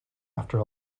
after